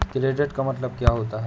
Credit का मतलब क्या होता है?